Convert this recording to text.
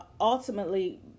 ultimately